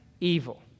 evil